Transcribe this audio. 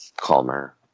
calmer